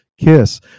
kiss